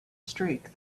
streak